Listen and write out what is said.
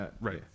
right